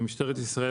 במשטרת ישראל